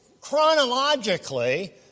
chronologically